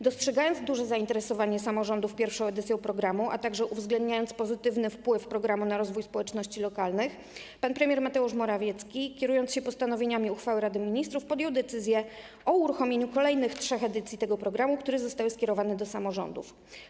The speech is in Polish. Dostrzegając duże zainteresowanie samorządów pierwszą edycją programu, a także uwzględniając pozytywny wpływ programu na rozwój społeczności lokalnych, pan premier Mateusz Morawiecki, kierując się postanowieniami uchwały Rady Ministrów, podjął decyzję o uruchomieniu kolejnych trzech edycji tego programu, które zostały skierowane do samorządów.